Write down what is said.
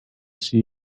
see